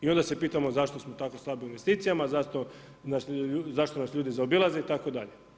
I onda se pitamo, zašto smo tako slabi u investicijama, zašto nas ljudi zaobilaze itd.